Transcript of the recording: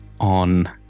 on